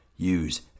use